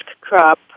crop